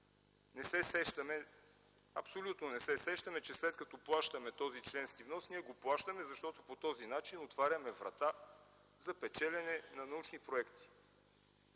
фондове. Абсолютно не се сещаме, че след като плащаме този членски внос, ние го плащаме, защото по този начин отваряме врата за печелене на научни проекти.